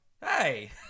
hey